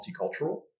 multicultural